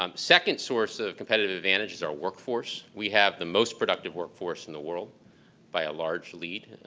um second source of competitive advantages are workforce. we have the most productive workforce in the world by a large lead.